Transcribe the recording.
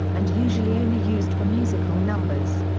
and usually only used for musical numbers.